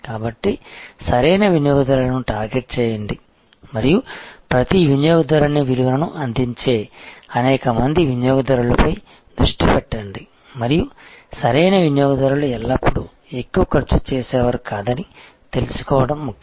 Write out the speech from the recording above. కాబట్టి సరైన వినియోగదారులను టార్గెట్ చేయండి మరియు ప్రతి వినియోగదారుని విలువను అందించే అనేక మంది వినియోగదారులపై దృష్టి పెట్టండి మరియు సరైన వినియోగదారులు ఎల్లప్పుడూ ఎక్కువ ఖర్చు చేసేవారు కాదని తెలుసుకోవడం ముఖ్యం